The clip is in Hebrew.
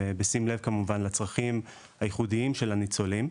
ובשים לב לצרכים הייחודיים של הניצולים.